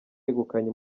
yegukanye